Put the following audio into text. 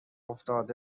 افتاده